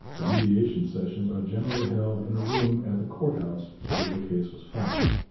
the mediation sessions are generally held in a room at the courthouse where your case was filed.